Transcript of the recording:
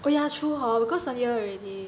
oh ya true hor because one year already